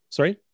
Sorry